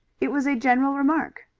it was a general remark.